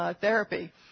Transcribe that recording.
therapy